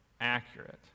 accurate